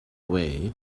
way